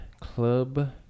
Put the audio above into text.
Club